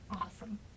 Awesome